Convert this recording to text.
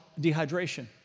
dehydration